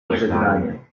pożegnanie